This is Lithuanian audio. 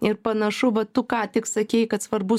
ir panašu va tu ką tik sakei kad svarbu